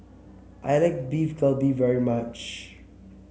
I like Beef Galbi very much